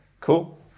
Cool